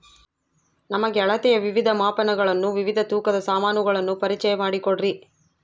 ನಮಗೆ ಅಳತೆಯ ವಿವಿಧ ಮಾಪನಗಳನ್ನು ವಿವಿಧ ತೂಕದ ಸಾಮಾನುಗಳನ್ನು ಪರಿಚಯ ಮಾಡಿಕೊಡ್ರಿ?